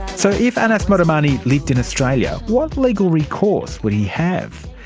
so if anas modamani lived in australia, what legal recourse would he have?